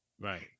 Right